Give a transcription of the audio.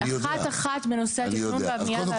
אחת אחת הן בנושא התכנון והבנייה.